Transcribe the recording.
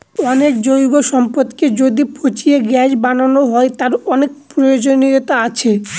অনেক জৈব সম্পদকে যদি পচিয়ে গ্যাস বানানো হয়, তার অনেক প্রয়োজনীয়তা আছে